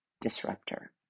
disruptor